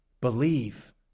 believe